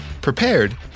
prepared